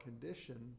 condition